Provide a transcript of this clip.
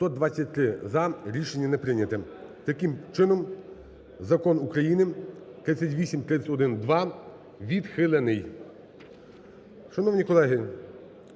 Шановні колеги,